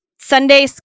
sunday